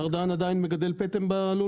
מר דהן, אתה עדיין מגדל פטם בלול?